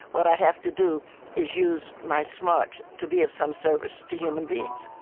what i have to do is use my smarts to be of some service to human beings